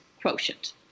quotient